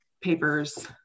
papers